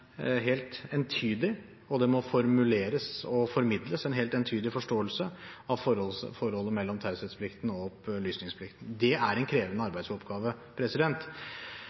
helt entydig forståelse av forholdet mellom taushetsplikten og opplysningsplikten. Det er en krevende arbeidsoppgave. Så er jeg tilfreds med at Riksadvokaten i sitt mål- og